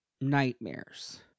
nightmares